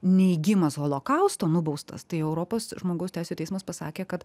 neigimas holokausto nubaustas tai europos žmogaus teisių teismas pasakė kad